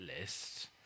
list